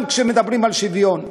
גם כשמדברים על שוויון.